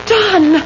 done